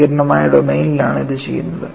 സങ്കീർണ്ണമായ ഡൊമെയ്നിലാണ് ഇത് ചെയ്യുന്നത്